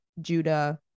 Judah